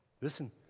Listen